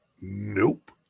Nope